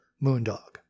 Moondog